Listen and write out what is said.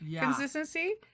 consistency